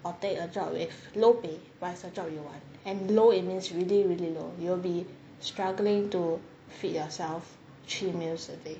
or take a job with low pay but it's a job you want and low it means really really low you'll be struggling to feed yourself three meals a day